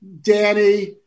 Danny